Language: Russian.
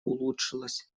улучшилось